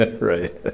Right